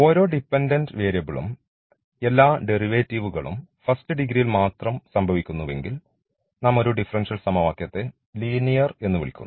ഓരോ ഡിപെൻഡൻറ് വേരിയബിളും എല്ലാ ഡെറിവേറ്റീവുകളും ഫസ്റ്റ് ഡിഗ്രിയിൽ മാത്രം സംഭവിക്കുന്നുവെങ്കിൽ നാം ഒരു ഡിഫറൻഷ്യൽ സമവാക്യത്തെ ലീനിയർ എന്ന് വിളിക്കുന്നു